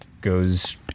goes